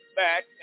back